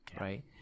right